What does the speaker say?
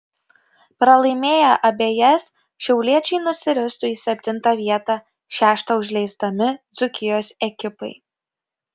pralaimėję abejas šiauliečiai nusiristų į septintą vietą šeštą užleisdami dzūkijos ekipai